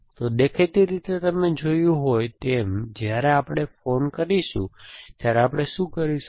તો દેખીતી રીતે તમે જોયું હોય તેમ જ્યારે આપણે ફોન કરીશું ત્યારે આપણે શું કરીશું